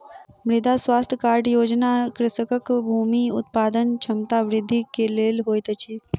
मृदा स्वास्थ्य कार्ड योजना कृषकक भूमि उत्पादन क्षमता वृद्धि के लेल होइत अछि